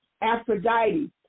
Aphrodite